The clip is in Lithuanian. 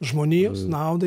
žmonijos naudai